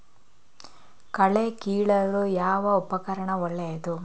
ಕಳೆ ಕೀಳಲು ಯಾವ ಉಪಕರಣ ಒಳ್ಳೆಯದು?